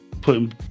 putting